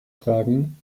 fragen